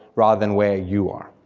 rather than where you are.